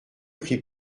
prit